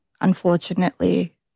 unfortunately